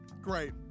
Great